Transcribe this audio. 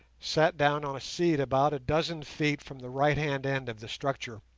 sat down on a seat about a dozen feet from the right-hand end of the structure,